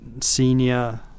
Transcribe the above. senior